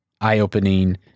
eye-opening